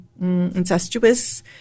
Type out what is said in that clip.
incestuous